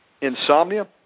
insomnia